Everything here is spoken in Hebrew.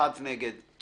רוב נגד מיעוט סעיף 3(ב)(1)(ג)